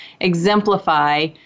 exemplify